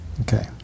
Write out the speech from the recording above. Okay